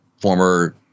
former